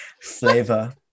flavor